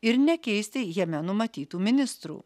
ir nekeisti jame numatytų ministrų